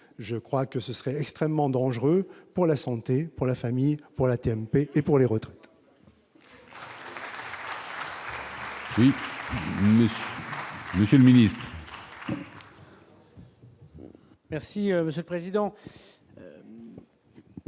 je crois que ce serait extrêmement dangereuse pour la santé, pour la famille pour la TMP et pour les retraites.